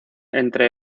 entre